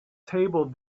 table